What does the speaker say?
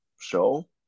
show